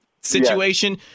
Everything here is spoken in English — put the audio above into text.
situation